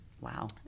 Wow